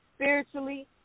spiritually